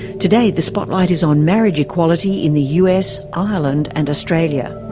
today, the spotlight is on marriage equality in the us, ireland and australia.